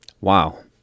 Wow